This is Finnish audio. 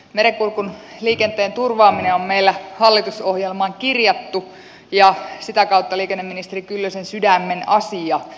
merenkurkun liikenteen turvaaminen on meillä hallitusohjelmaan kirjattu ja sitä kautta liikenneministeri kyllösen sydämen asia